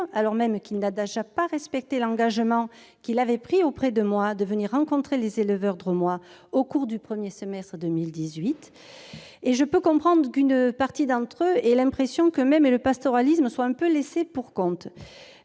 Travert, qui n'a déjà pas respecté l'engagement qu'il avait pris auprès de moi de venir rencontrer les éleveurs drômois au cours du premier semestre de 2018. Je puis comprendre qu'une partie d'entre eux aient l'impression qu'eux-mêmes et le pastoralisme sont quelque peu laissés pour compte.